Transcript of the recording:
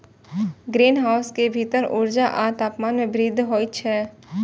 greenhouse के भीतर ऊर्जा आ तापमान मे वृद्धि होइ छै